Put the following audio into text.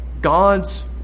God's